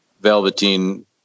Velveteen